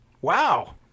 wow